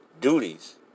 duties